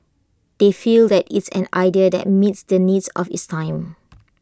they feel that it's an idea that meets the needs of its time